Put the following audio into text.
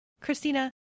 Christina